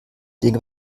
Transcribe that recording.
dinge